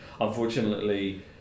Unfortunately